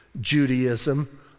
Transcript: Judaism